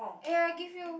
eh I give you